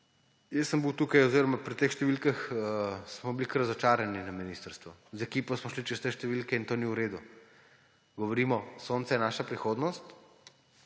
Jaz se bil tukaj oziroma pri teh številkah smo bili kar razočarani na ministrstvu. Z ekipo smo šli čez te številke in to ni v redu. Govorimo, sonce je naša prihodnost,